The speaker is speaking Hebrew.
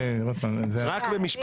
שהפרלמנט,